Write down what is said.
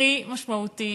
הכי משמעותי.